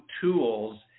tools